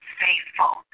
faithful